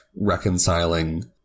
reconciling